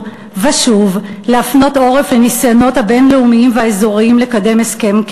ושוב להפנות עורף לניסיונות הבין-לאומיים והאזוריים לקדם הסכם קבע.